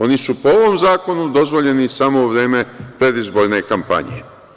Oni su po ovom zakonu dozvoljeni samo u vreme predizborne kampanje.